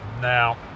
Now